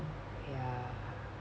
ya